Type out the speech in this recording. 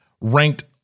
ranked